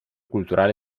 culturale